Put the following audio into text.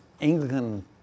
Anglican